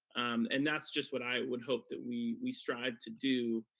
and that's just what i would hope that we we strive to do.